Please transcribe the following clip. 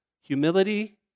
humility